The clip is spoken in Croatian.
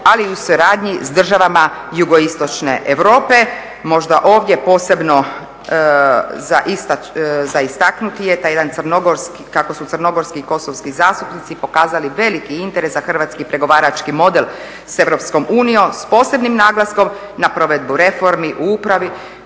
ali i u suradnji sa državama jugoistočne Europe. Možda ovdje posebno za istaknuti je taj jedan crnogorski, kako su crnogorski i kosovski zastupnici pokazali veliki interes za hrvatski pregovarački model sa EU s posebnim naglaskom na provedbu reformi u upravi,